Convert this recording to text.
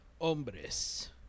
Hombres